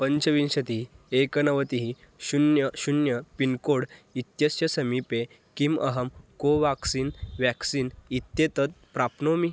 पञ्चविंशतिः एकनवतिः शुन्यं शुन्य पिन्कोड् इत्यस्य समीपे किम् अहं कोवाक्सिन् व्याक्सीन् इत्येतत् प्राप्नोमि